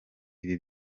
ibi